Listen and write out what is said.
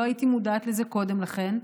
לא הייתי מודעת לזה קודם לכן.